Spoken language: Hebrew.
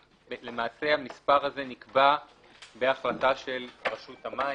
למעשה, המספר הזה נקבע בהחלטה של רשות המים.